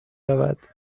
رود